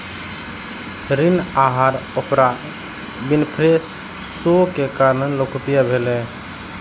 ऋण आहार Oprah Winfrey show के कारण लोकप्रिय भेलै